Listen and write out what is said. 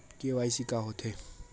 KYC का होथे?